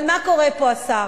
אבל מה קורה פה, השר?